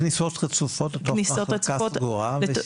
כניסות רצופות למחלקה סגורה.